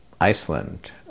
Iceland